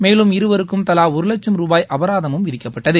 மேலும் இருவருக்கும் தலா ஒரு லட்சம் ரூபாய் அபராதமும் விதிக்கப்பட்டது